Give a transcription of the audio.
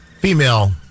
female